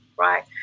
Right